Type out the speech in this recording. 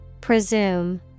Presume